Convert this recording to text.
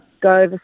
go